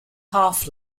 half